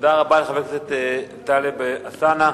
תודה לחבר הכנסת טלב אלסאנע.